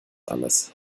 alles